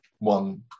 One